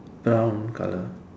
brown colour